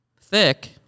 thick